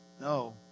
No